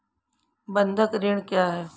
बंधक ऋण क्या है?